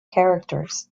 characters